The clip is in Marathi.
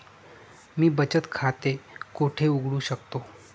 मी बचत खाते कोठे उघडू शकतो?